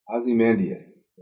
Ozymandias